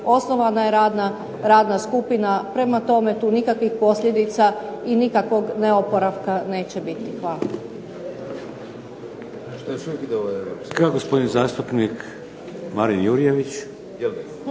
osnovana je radna skupina, prema tome tu nikakvih posljedica i nikakvog neoporavka neće biti. Hvala.